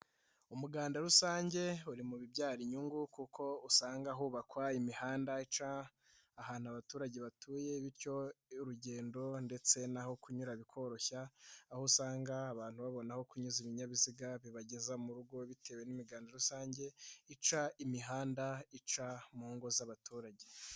Umuganda rusange uri mu bibyara inyungu kuko usanga hubakwa imihanda ica ahantu abaturage batuye bityo urugendo ndetse naho kunyura bikoroshya, aho usanga abantu babona aho kunyuza ibinyabiziga bibageza mu rugo bitewe n'imiganda rusange ica imihanda, ica mu ngo z'abaturage.